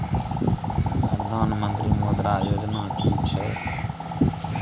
प्रधानमंत्री मुद्रा योजना कि छिए?